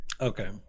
Okay